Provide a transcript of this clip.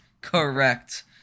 correct